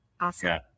awesome